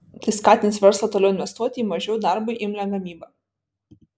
tai skatins verslą toliau investuoti į mažiau darbui imlią gamybą